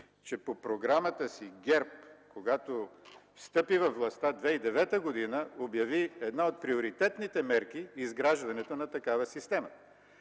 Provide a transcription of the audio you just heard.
че по програмата си ГЕРБ, когато встъпи във властта – 2009 г., обяви една от приоритетните мерки – изграждането на такава система,